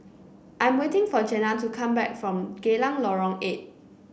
I'm waiting for Jenna to come back from Geylang Lorong Eight